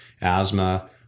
asthma